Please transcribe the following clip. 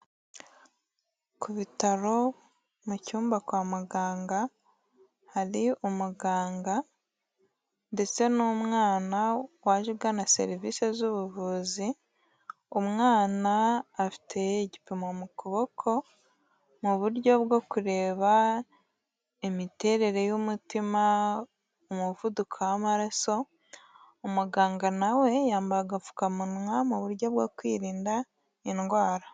Ku bitaro mu cyumba kwa muganga, hari umuganga ndetse n'umwana waje ugana serivise z'ubuvuzi, umwana afite igipimo mu kuboko mu buryo bwo kureba imiterere y'umutima, umuvuduko w'amaraso, umuganga na we yambaye agapfukamunwa mu buryo bwo kwirinda indwara.